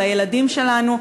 לילדים שלנו.